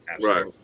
Right